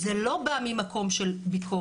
זה לא בא ממקום של ביקורת.